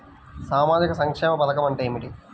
సామాజిక సంక్షేమ పథకం అంటే ఏమిటి?